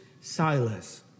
Silas